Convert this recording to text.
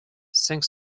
cinq